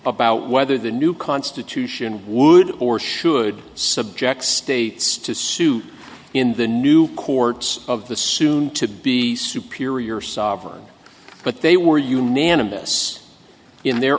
about whether the new constitution would or should subject states to suit in the new courts of the soon to be superior sovereign but they were unanimous in their